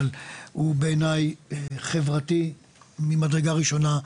אבל הוא בעיניי חברתי ממדרגה ראשונה,